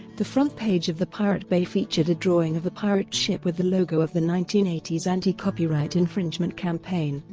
the front page of the pirate bay featured a drawing of a pirate ship with the logo of the nineteen eighty s anti-copyright infringement campaign,